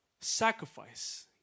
sacrifice